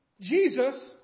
Jesus